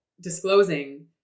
disclosing